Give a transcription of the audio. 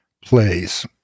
plays